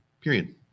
Period